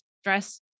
stress